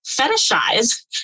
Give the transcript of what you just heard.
fetishize